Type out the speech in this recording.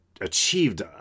achieved